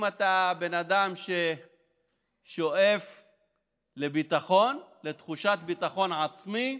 אם אתה בן אדם ששואף לביטחון, לתחושת ביטחון עצמי,